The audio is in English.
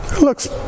looks